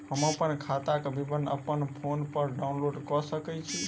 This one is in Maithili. हम अप्पन खाताक विवरण अप्पन फोन पर डाउनलोड कऽ सकैत छी?